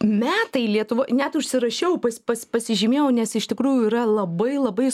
metai lietuvoj net užsirašiau pas pas pasižymėjau nes iš tikrųjų yra labai labai